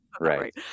right